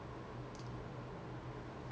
oh is it that [one] hup saying